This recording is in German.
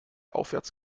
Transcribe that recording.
aufwärts